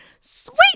sweet